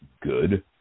good